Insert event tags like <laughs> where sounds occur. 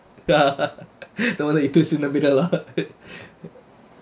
<laughs> don't want to eat two centimeter lah <laughs>